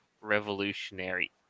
revolutionary